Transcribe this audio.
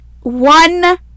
one